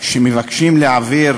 שמבקשים להעביר